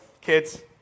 Kids